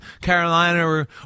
Carolina